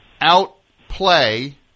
Outplay